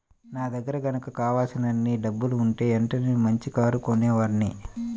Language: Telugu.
నా దగ్గర గనక కావలసినన్ని డబ్బులుంటే వెంటనే మంచి కారు కొనేవాడ్ని